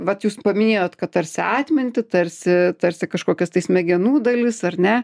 va jūs paminėjot kad tarsi atmintį tarsi tarsi kažkokias tai smegenų dalis ar ne